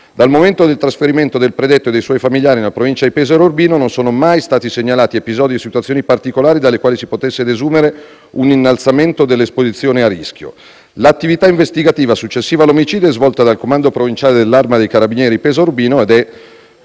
Dal momento del trasferimento del predetto e dei suoi familiari nella provincia di Pesaro e Urbino, non sono mai stati segnalati episodi o situazioni particolari dalle quali si potesse desumere un innalzamento dell'esposizione al rischio. L'attività investigativa successiva all'omicidio è svolta dal comando provinciale dell'Arma dei carabinieri di Pesaro e Urbino ed è